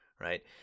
right